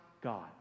God